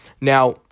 Now